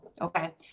okay